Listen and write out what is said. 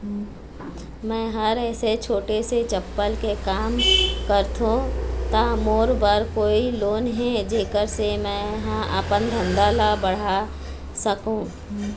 मैं हर ऐसे छोटे से चप्पल के काम करथों ता मोर बर कोई लोन हे जेकर से मैं हा अपन धंधा ला बढ़ा सकाओ?